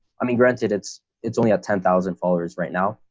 i mean, granted, it's it's only ten thousand followers right now,